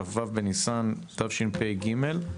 כ"ו בניסן תשפ"ג.